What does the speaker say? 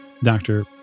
Doctor